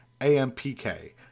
AMPK